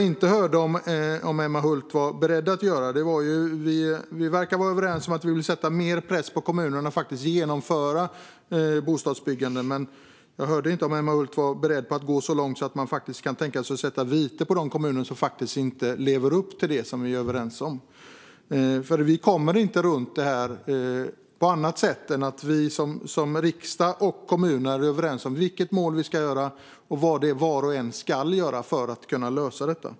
Vi verkar vara överens om att vi vill sätta mer press på kommunerna att faktiskt genomföra bostadsbyggande, men jag hörde inte om Emma Hult var beredd att gå så långt att man faktiskt kan tänka sig att lägga vite på de kommuner som inte lever upp till det som vi är överens om. Vi kommer inte runt det här på annat sätt än att vi i riksdag och kommuner är överens om vilket mål vi ska uppnå och vad det är som var och en ska göra för att kunna lösa detta.